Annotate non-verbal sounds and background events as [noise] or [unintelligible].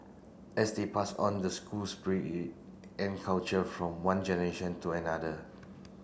as they pass on the school spirit [unintelligible] and culture from one generation to another